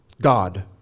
God